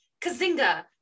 kazinga